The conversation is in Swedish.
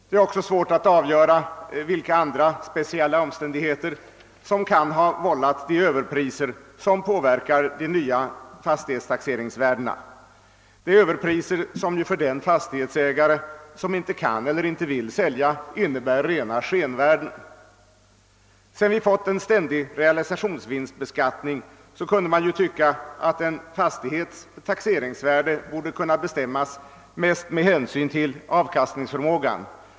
Det är också svårt att avgöra vilka andra speciella omständig heter som kan ha orsakat de överpriser som påverkar de nya fastighetstaxeringsvärdena. Dessa överpriser innebär, för den fastighetsägare som inte kan eller inte vill sälja, rena skenvärden. Sedan vi fått en ständig realisationsvinstbeskattning borde det vara lämpligt att en fastighets taxeringsvärde bestämdes mest med hänsyn till dess avkastningsförmåga.